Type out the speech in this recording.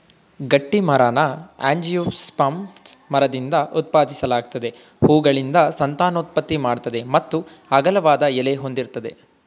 ಗಟ್ಟಿಮರನ angiosperm ಮರದಿಂದ ಉತ್ಪಾದಿಸಲಾಗ್ತದೆ ಹೂವುಗಳಿಂದ ಸಂತಾನೋತ್ಪತ್ತಿ ಮಾಡ್ತದೆ ಮತ್ತು ಅಗಲವಾದ ಎಲೆ ಹೊಂದಿರ್ತದೆ